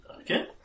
Okay